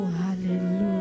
hallelujah